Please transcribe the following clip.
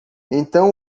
então